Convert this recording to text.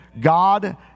God